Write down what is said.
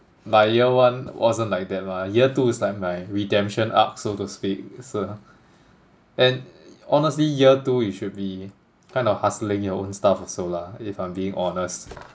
my year one wasn't like that mah year two is like my redemption up so to speak so and honestly year two you should be kind of hustling your own stuff also lah if I'm being honest